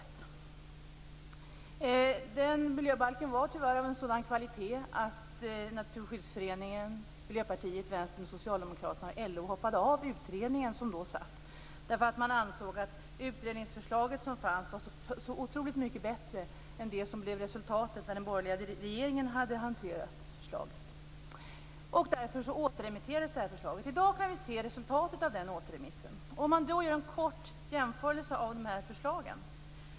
Det förslaget till miljöbalk var, tyvärr, av sådan kvalitet att Naturskyddsföreningen, Miljöpartiet, Vänstern, Socialdemokraterna och LO hoppade av då sittande utredning. Det utredningsförslag som fanns ansågs vara otroligt mycket bättre än det som blev resultatet av den borgerliga regeringens hantering av frågan. I dag kan vi se resultatet av den återremissen. Jag kan helt kort jämföra förslagen.